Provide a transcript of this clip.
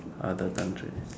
other countries